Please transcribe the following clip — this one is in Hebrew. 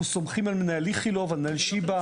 אנחנו סומכים על מנהל איכילוב, על מנהל שיבא.